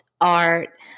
Art